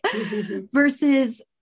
Versus